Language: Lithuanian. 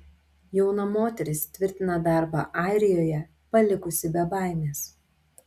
jauna moteris tvirtina darbą airijoje palikusi be baimės